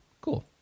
cool